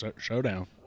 Showdown